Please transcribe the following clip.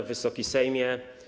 Wysoki Sejmie!